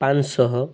ପାଂଶହ